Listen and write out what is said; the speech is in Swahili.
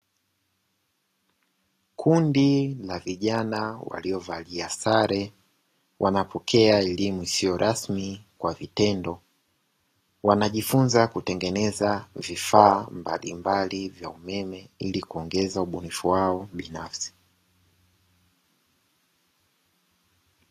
Kundi la vijana walio valia sare wanapokea elimu isiyo rasmi kwa vitendo, wanajifunza kutengeneza vifaa mbalimbali vya umeme ili kuongeza ubunifu wao binafsi.